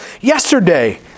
yesterday